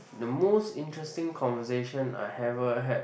the most interesting conversation I ever had